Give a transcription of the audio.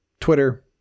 Twitter